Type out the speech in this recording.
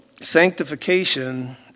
sanctification